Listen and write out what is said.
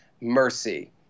mercy